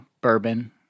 bourbon